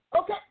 Okay